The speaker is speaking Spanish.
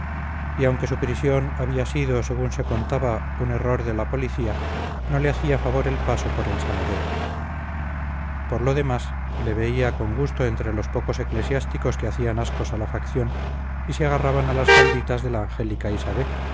y aunque su prisión había sido según se contaba un error de la policía no le hacía favor el paso por el saladero por lo demás le veía con gusto entre los pocos eclesiásticos que hacían ascos a la facción y se agarraban a las falditas de la angélica isabé